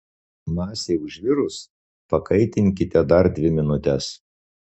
masei užvirus pakaitinkite dar dvi minutes